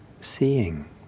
seeing